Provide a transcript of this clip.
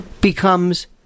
becomes